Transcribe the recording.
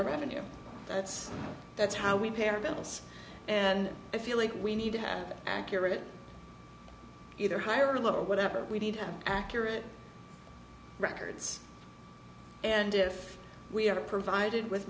our revenue that's that's how we pay our bills and i feel like we need to have accurate either higher level whatever we need to have accurate records and if we have provided with